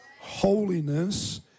holiness